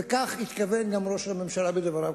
לכך התכוון גם ראש הממשלה בדבריו,